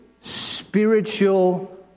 Spiritual